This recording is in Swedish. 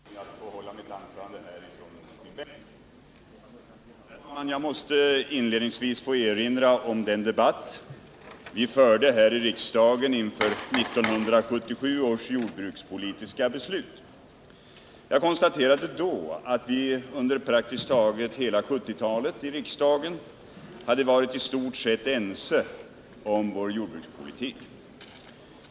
Herr talman! Med anledning av ett tillfälligt handikapp ber jag att få hålla mitt anförande från min bänk. Jag måste inledningsvis få erinra om den debatt vi förde här i riksdagen inför 1977 års jordbrukspolitiska beslut. Jag konstaterade då att vi under praktiskt taget hela 1970-talet i riksdagen hade varit i stort sett ense om vår jordbrukspolitik.